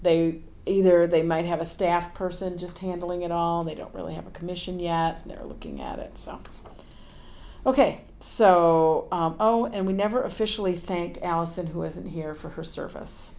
they either they might have a staff person just handling it all they don't really have a commission yet they're looking at it so ok so oh and we never officially thanked allison who isn't here for her s